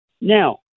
Now